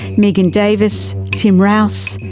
megan davis, tim rowse,